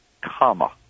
comma